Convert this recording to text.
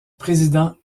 président